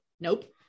Nope